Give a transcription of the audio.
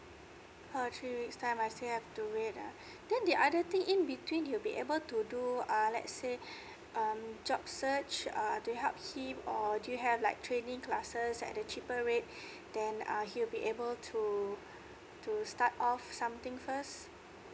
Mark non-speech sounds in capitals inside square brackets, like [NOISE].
oh three weeks time I still have to wait ah [BREATH] then the other thing in between you will be able to do err let's say [BREATH] um job search uh to help him or do you have like training classes at a cheaper rate [BREATH] then uh he will be able to to start off something first